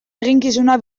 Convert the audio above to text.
eginkizuna